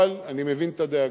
אבל אני מבין את הדאגה.